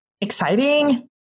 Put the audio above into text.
Exciting